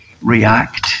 react